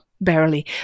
Barely